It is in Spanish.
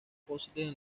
fósiles